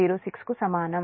06 కు సమానం